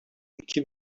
iki